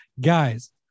guys